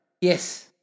Yes